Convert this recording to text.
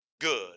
good